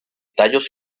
tallos